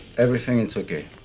everything is okay.